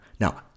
now